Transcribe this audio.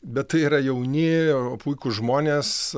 bet tai yra jauni puikūs žmonės